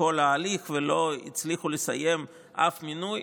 את כל ההליך ולא הצליחו לסיים אף מינוי.